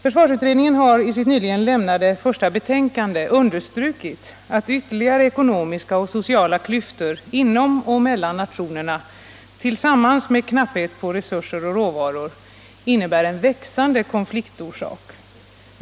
Försvarsutredningen har i sitt nyligen avlämnade första betänkande understrukit att ytterligare ekonomiska och sociala klyftor inom och mellan nationerna tillsammans med knapphet på resurser och råvaror innebär växande konfliktorsaker.